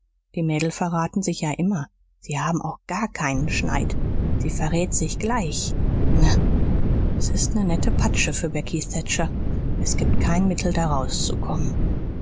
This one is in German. die mädel verraten sich ja immer sie haben auch gar keinen schneid sie verrät sich gleich na s ist ne nette patsche für becky thatcher s gibt kein mittel da raus zu kommen